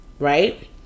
Right